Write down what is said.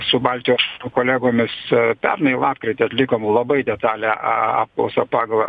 su baltijos kolegomis pernai lapkritį atlikom labai detalią apklausą pagal